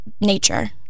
nature